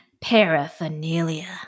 Paraphernalia